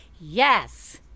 yes